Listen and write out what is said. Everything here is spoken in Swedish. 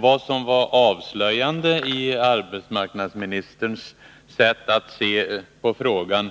Vad som var avslöjande i arbetsmarknadsministerns sätt att se på frågan